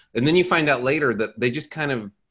and then you find out later that they just kind of,